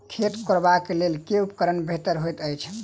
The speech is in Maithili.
खेत कोरबाक लेल केँ उपकरण बेहतर होइत अछि?